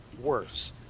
worse